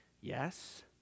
yes